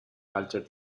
altered